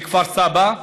בכפר סבא,